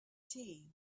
tea